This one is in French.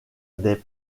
des